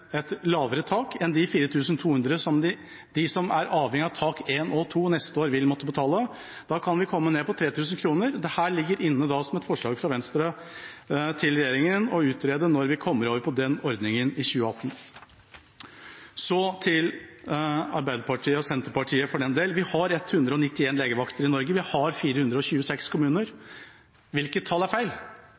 et lavere tak enn de 4 200 kronene som de som er avhengige av egenandelstak 1 og egenandelstak 2, neste år vil måtte betale. Da kan vi komme ned på 3 000 kr. Dette ligger inne som et forslag fra Venstre til regjeringen om å utrede når vi kommer over på den ordningen i 2018. Så til Arbeiderpartiet, og Senterpartiet, for den del: Vi har 191 legevakter i Norge. Vi har 426 kommuner. Hvilket tall er feil?